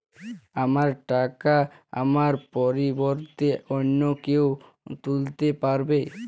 আমার টাকা আমার পরিবর্তে অন্য কেউ তুলতে পারবে?